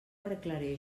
arreglaré